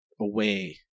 away